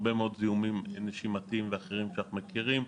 הרבה מאוד זיהומים נשימתיים ואחרים שאנחנו מכירים,